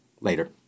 later